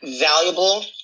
valuable